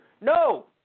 No